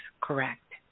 correct